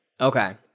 Okay